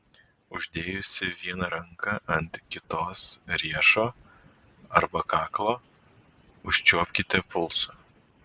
uždėjusi vieną ranką ant kitos riešo arba kaklo užčiuopkite pulsą